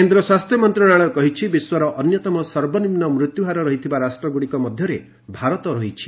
କେନ୍ଦ୍ର ସ୍ୱାସ୍ଥ୍ୟମନ୍ତ୍ରଣାଳୟ କହିଛି ବିଶ୍ୱର ଅନ୍ୟତମ ସର୍ବନିମ୍ନ ମୃତ୍ୟୁହାର ରହିଥିବା ରାଷ୍ଟ୍ରଗୁଡିକ ମଧ୍ୟରେ ଭାରତ ରହିଛି